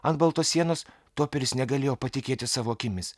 ant baltos sienos toperis negalėjo patikėti savo akimis